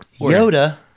Yoda